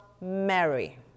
Mary